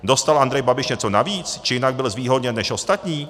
Dostal Andrej Babiš něco navíc či jinak byl zvýhodněn než ostatní?